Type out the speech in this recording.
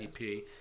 EP